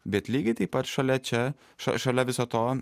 bet lygiai taip pat šalia čia ša šalia viso to